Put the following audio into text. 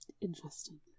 Interesting